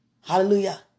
Hallelujah